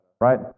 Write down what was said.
right